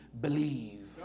believe